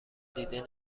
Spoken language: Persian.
دیده